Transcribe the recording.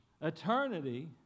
eternity